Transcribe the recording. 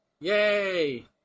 Yay